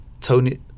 Tony